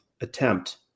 attempt